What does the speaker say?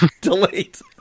Delete